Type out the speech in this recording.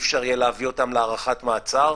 אי-אפשר יהיה להביא אותם להארכת מעצר.